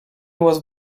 was